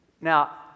Now